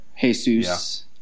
Jesus